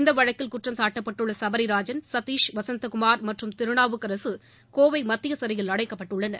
இந்த வழக்கில் குற்றம்சாட்டப்பட்டுள்ள சுபரிராஜன் சதீஷ் வசந்தகுமார் மற்றும் திருநாவுக்கரசு கோவை மத்திய சிறையில் அடைக்கப்பட்டுள்ளனர்